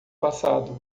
passado